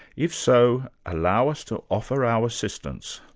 if so, allow us to offer our assistance.